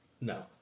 No